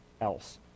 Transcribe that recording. else